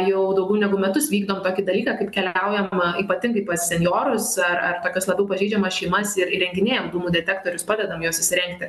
jau daugiau negu metus vykdom tokį dalyką kaip keliaujama ypatingai pas senjorus ar ar tokias labiau pažeidžiamas šeimas ir įrenginėjam dūmų detektorius padedam juos įsirengti